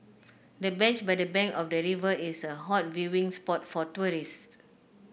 the bench by the bank of the river is a hot viewing spot for tourists